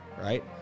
Right